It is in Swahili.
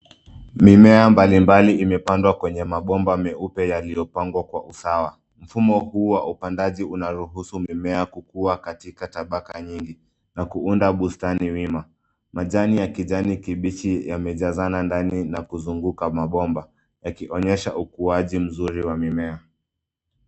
Mimea mbalimbali imepandwa kwenye mabomba meupe yaliyopangwa kwa usawa. Mfumo huu wa upandaji unaruhusu mimea kukuwa katika tabaka nyingi na kuunda bustani wima. Majani ya kijani kibichi yamejazana ndani na kuzunguka mabomba yakionyesha ukuaji mzuri wa mimea.